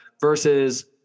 versus